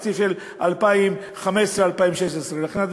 בתקציב של 2015 2016. לכן,